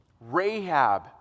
Rahab